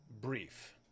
brief